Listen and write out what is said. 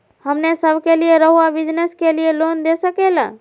हमने सब के लिए रहुआ बिजनेस के लिए लोन दे सके ला?